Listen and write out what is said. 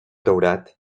daurat